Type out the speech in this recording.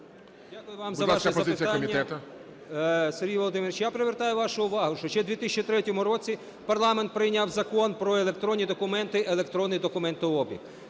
Дякую вам за ваше запитання. Сергію Володимировичу, я привертаю вашу увагу, що ще в 2003 році парламент прийняв Закон "Про електронні документи і електронний документообіг".